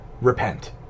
repent